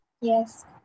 yes